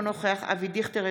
אינו נוכח אבי דיכטר,